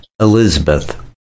elizabeth